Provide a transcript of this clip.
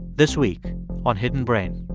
this week on hidden brain